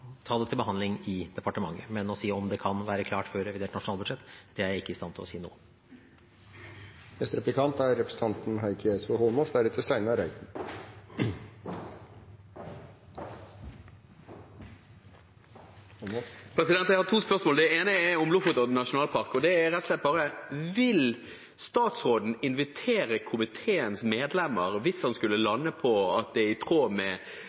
ta det til behandling i departementet. Men å si om det kan være klart før revidert nasjonalbudsjett, er jeg ikke i stand til å si nå. Jeg har to spørsmål. Det ene er om Lofotodden nasjonalpark, og det er rett og slett bare: Vil statsråden invitere komiteens medlemmer, hvis han skulle lande på at det i tråd med